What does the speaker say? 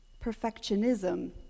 perfectionism